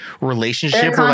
relationship